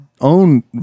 own